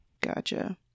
gotcha